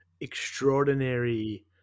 extraordinary